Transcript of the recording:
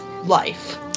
life